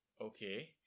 Okay